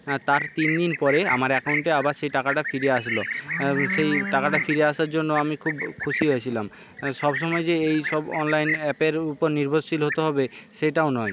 হ্যাঁ তার তিন দিন পরে আমার অ্যাকাউন্টে আবার সেই টাকাটা ফিরে আসলো সেই টাকাটা ফিরে আসার জন্য আমি খুব খুশি হয়েছিলাম সবসময় যে এই সব অনলাইন অ্যাপের উপর নির্ভরশীল হতে হবে সেটাও নয়